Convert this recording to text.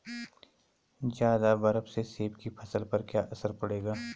ज़्यादा बर्फ से सेब की फसल पर क्या असर पड़ेगा?